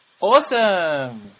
Awesome